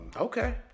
Okay